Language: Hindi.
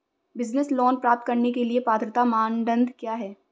बिज़नेस लोंन प्राप्त करने के लिए पात्रता मानदंड क्या हैं?